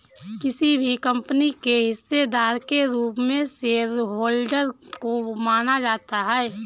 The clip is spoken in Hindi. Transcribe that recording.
किसी भी कम्पनी के हिस्सेदार के रूप में शेयरहोल्डर को माना जाता है